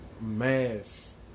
mass